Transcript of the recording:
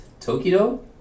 Tokido